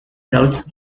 notes